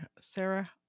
Sarah